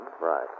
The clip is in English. Right